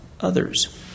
others